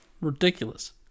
Ridiculous